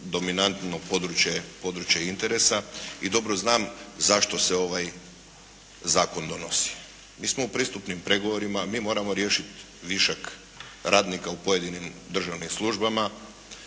područje, područje interesa. I dobro znam zašto se ovaj zakon donosi. Mi smo u pristupnim pregovorima, moramo riješiti višak radnika u pojedinim državnim službama